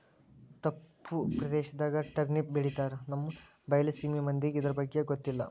ತಪ್ಪು ಪ್ರದೇಶದಾಗ ಟರ್ನಿಪ್ ಬೆಳಿತಾರ ನಮ್ಮ ಬೈಲಸೇಮಿ ಮಂದಿಗೆ ಇರ್ದಬಗ್ಗೆ ಗೊತ್ತಿಲ್ಲ